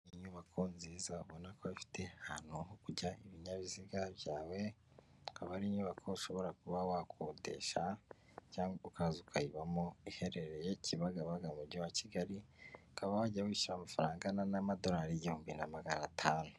Inyubako nziza ubona ko ifite ahantu ho kujya ibinyabiziga byawe, akaba ari inyubako ushobora kuba wakodesha cyangwa ukaza ukayibamo iherereye Kibagabaga, umujyi wa Kigali ukaba wajya wishyura amafaranga angana n'amadorari igihumbi na magana atanu.